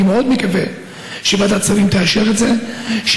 אני מאוד מקווה שוועדת שרים תאשר את זה,